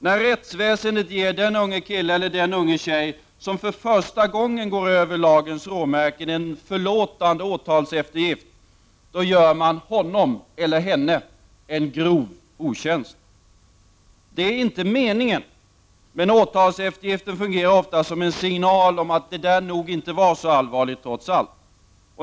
När rättsväsendet ger den unge kille eller den unga tjej som för första gången går över lagens råmärke en förlåtande åtalseftergift, gör man honom eller henne en grov otjänst. Det är inte meningen. Men åtalseftergiften fungerar ofta som en signal om att det nog inte var så allvarligt trots allt.